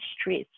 stress